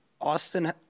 Austin